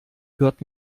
hört